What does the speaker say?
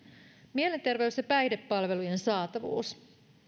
mielenterveys ja päihdepalvelujen saatavuus